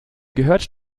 gehört